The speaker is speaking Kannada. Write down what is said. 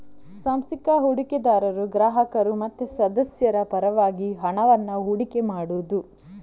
ಸಾಂಸ್ಥಿಕ ಹೂಡಿಕೆದಾರರು ಗ್ರಾಹಕರು ಮತ್ತೆ ಸದಸ್ಯರ ಪರವಾಗಿ ಹಣವನ್ನ ಹೂಡಿಕೆ ಮಾಡುದು